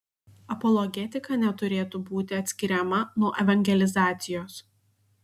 apologetika neturėtų būti atskiriama nuo evangelizacijos